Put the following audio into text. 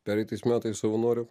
pereitais metais savanorių